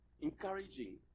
encouraging